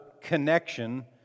connection